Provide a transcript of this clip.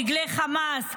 דגלי חמאס,